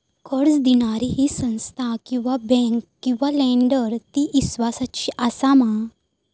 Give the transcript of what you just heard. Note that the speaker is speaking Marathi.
कर्ज दिणारी ही संस्था किवा बँक किवा लेंडर ती इस्वासाची आसा मा?